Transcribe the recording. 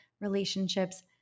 relationships